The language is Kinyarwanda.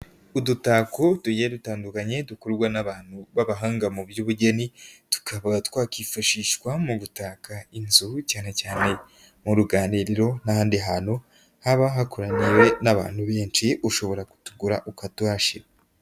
Udutako tugiye dutandukanye dukorwa n'abantu b'abahanga mu by'ubugeni. Tukaba twakwifashishwa mu gutaka inzu, cyane cyane mu ruganiriro n'ahandi hantu haba hakoraniwe n'abantu benshi. Ushobora kutugura ukatuhashyira.